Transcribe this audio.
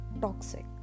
toxic